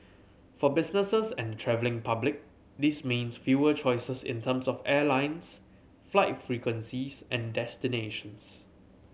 for businesses and travelling public this means fewer choices in terms of airlines flight frequencies and destinations